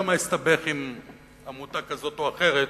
שמא אסתבך עם עמותה כזאת או אחרת,